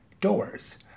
doors